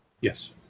yes